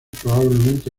probablemente